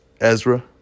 Ezra